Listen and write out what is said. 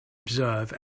observe